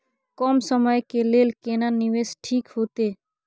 कम समय के लेल केना निवेश ठीक होते?